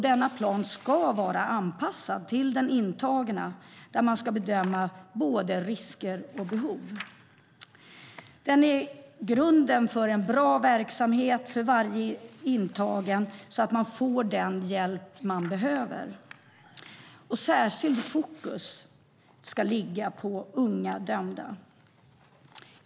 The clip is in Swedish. Denna plan ska vara anpassad till den intagne där man ska bedöma både risker och behov. Den är grunden för en bra verksamhet för varje intagen så att man får den hjälp som man behöver. Särskilt fokus ska ligga på unga dömda.